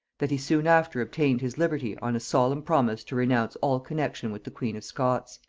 that he soon after obtained his liberty on a solemn promise to renounce all connexion with the queen of scots.